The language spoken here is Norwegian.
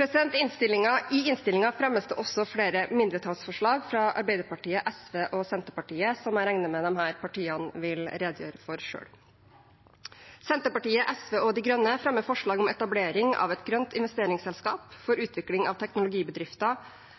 I innstillingen fremmes det også flere mindretallsforslag fra Arbeiderpartiet, SV og Senterpartiet, som jeg regner med disse partiene vil redegjøre for selv. Senterpartiet, SV og Miljøpartiet De Grønne fremmer forslag om etablering av et grønt investeringsselskap for utvikling av teknologibedrifter